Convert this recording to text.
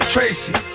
Tracy